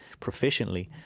proficiently